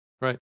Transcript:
Right